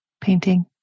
painting